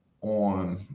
on